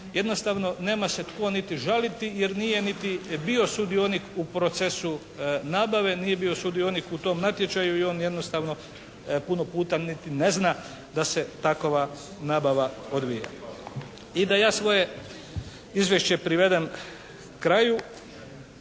jednostavno nema se tko niti žaliti jer nije niti bio sudionik u procesu nabave. Nije bio sudionik u tom natječaju i on jednostavno puno puta niti ne zna da se takova nabava odvija. I da ja svoje izvješće privedem kraju